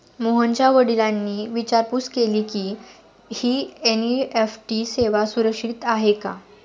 मोहनच्या वडिलांनी विचारपूस केली की, ही एन.ई.एफ.टी सेवा सुरक्षित आहे का?